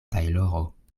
tajloro